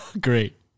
great